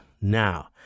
Now